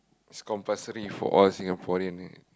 it's compulsory for all Singaporean eh